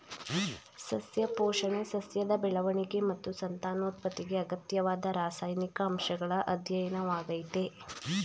ಸಸ್ಯ ಪೋಷಣೆ ಸಸ್ಯದ ಬೆಳವಣಿಗೆ ಮತ್ತು ಸಂತಾನೋತ್ಪತ್ತಿಗೆ ಅಗತ್ಯವಾದ ರಾಸಾಯನಿಕ ಅಂಶಗಳ ಅಧ್ಯಯನವಾಗಯ್ತೆ